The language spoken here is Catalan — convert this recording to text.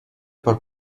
per